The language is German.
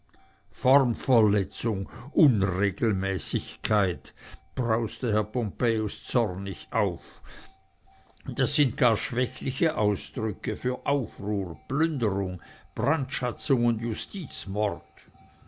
formverletzung unregelmäßigkeit brauste herr pompejus zornig auf das sind gar schwächliche ausdrücke für aufruhr plünderung brandschatzung und justizmord